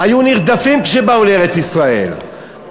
היו נרדפים כשבאו לארץ-ישראל,